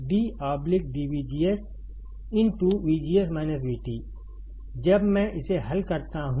इसलिए 2K d dVGS जब मैं इसे हल करता हूं